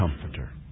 comforter